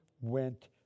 went